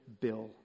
Bill